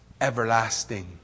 everlasting